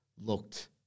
looked